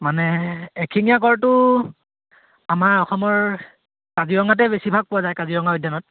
মানে এশিঙীয়া গঁড়টো আমাৰ অসমৰ কাজিৰঙাতে বেছিভাগ পোৱা যায় কাজিৰঙা উদ্যানত